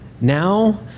Now